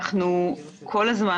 אנחנו כל הזמן